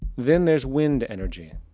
then there's wind energy.